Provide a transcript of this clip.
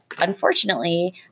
unfortunately